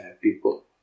people